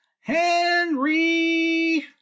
henry